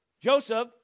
Joseph